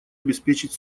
обеспечить